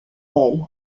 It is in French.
elle